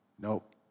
nope